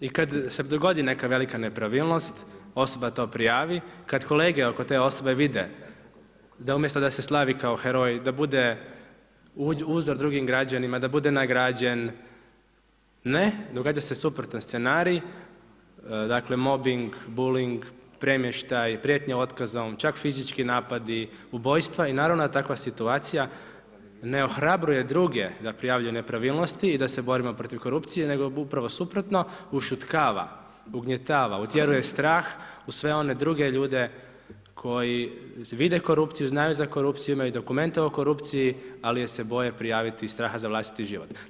I kad se dogodi neka velika nepravilnost, osoba to prijavi, kad kolege oko te osobe vide da umjesto da se slavi kao heroj, da bude uzor drugim građanima, da bude nagrađen, ne, događa se suprotni scenarij, dakle mobing, bulling, premještaj, prijetnja otkazom, čak fizički napadi, ubojstva i naravno da takva situacija ne ohrabruje druge da prijavljuju da prijavljuju nepravilnosti i da se borimo protiv korupcije nego upravo suprotno, ušutkava, ugnjetava, utjeruje strah u sve one druge ljude koji vide korupciju, znaju za korupciju, imaju dokumente o korupciji, ali je se boje prijaviti iz straha za vlastiti život.